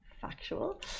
factual